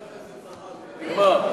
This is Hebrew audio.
זה נגמר.